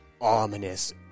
ominous